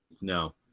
No